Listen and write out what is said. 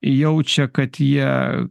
jaučia kad jie